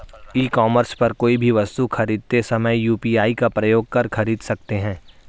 ई commerce पर कोई भी वस्तु खरीदते समय यू.पी.आई का प्रयोग कर खरीद सकते हैं